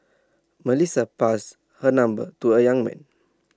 Melissa passed her number to A young man